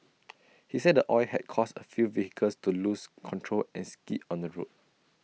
he said oil had caused A few vehicles to lose control and skid on the road